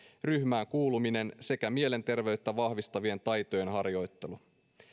ryhmään kuuluminen sekä mielenterveyttä vahvistavien taitojen harjoittelu